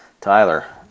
Tyler